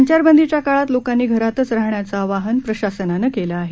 संचार बंदीच्या काळात लोकांनी घरातच राहण्याचं आवाहन प्रशासनानं केलं आहे